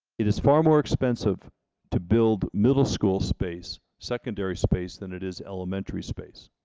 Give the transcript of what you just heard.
it is far more expensive to build middle school space, secondary space, than it is elementary space.